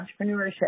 entrepreneurship